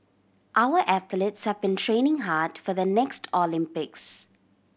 our athletes have been training hard for the next Olympics